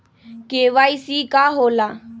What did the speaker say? KYC का होला?